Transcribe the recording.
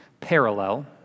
parallel